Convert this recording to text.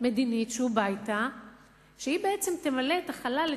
מדינית שהוא בא אתה שהיא בעצם תמלא את החלל,